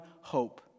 hope